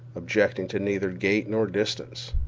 objecting to neither gait nor distance.